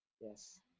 Yes